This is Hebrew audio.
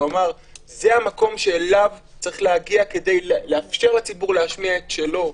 הוא אמר: זה המקום שאליו צריך להגיע כדי לאפשר לציבור להשמיע את שלו,